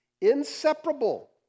Inseparable